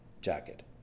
jacket